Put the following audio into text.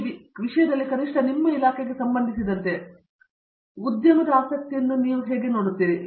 ಈ ವಿಷಯದಲ್ಲಿ ಕನಿಷ್ಠ ನಿಮ್ಮ ಇಲಾಖೆಗೆ ಸಂಬಂಧಿಸಿದಂತೆ ಉದ್ಯಮದ ಆಸಕ್ತಿಯನ್ನು ನೀವು ಎಲ್ಲಿ ನೋಡುತ್ತೀರಿ